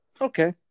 Okay